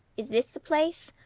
is this the place?